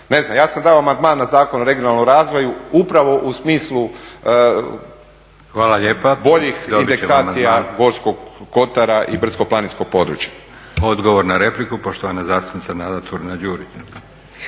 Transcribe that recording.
Ne znam, ja sam dao amandman na Zakon o regionalnom razvoju upravo u smislu boljih indeksacija Gorskog kotara i brdsko-planinskog područja **Leko, Josip (SDP)** Hvala lijepa.